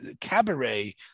Cabaret